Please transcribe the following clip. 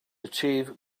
achieve